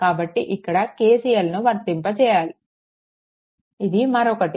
కాబట్టి ఇక్కడ KCLను వర్తింపచేయాలిఇది మరొకటి